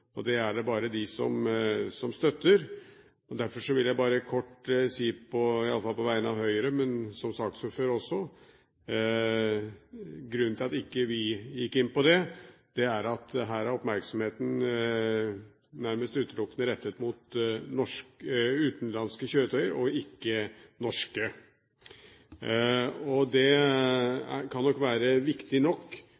og det er det bare de som støtter. Derfor vil jeg bare kort si, i alle fall på vegne av Høyre, men som saksordfører også, at grunnen til at vi ikke gikk inn på det, er at her er oppmerksomheten nærmest utelukkende rettet mot utenlandske kjøretøy, og ikke mot norske. Det